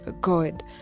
god